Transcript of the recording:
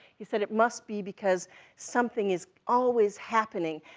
he said, it must be because something is always happening,